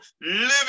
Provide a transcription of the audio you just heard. living